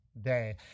day